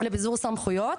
לביזור הסמכויות.